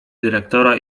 dyrektora